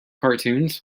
cartoons